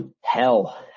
hell